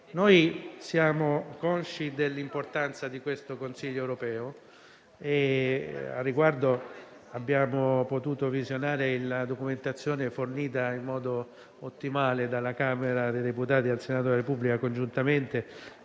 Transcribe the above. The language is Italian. Noi siamo consci dell'importanza di questo Consiglio europeo e al riguardo abbiamo potuto visionare la documentazione fornita in modo ottimale congiuntamente dalla Camera dei deputati e dal Senato Repubblica. E invito